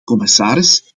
commissaris